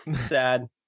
Sad